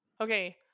Okay